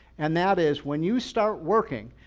and that is when you start working,